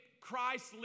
Christ